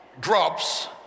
drops